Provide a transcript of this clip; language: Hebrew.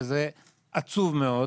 וזה עצוב מאוד.